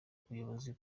ubuyobozi